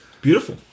beautiful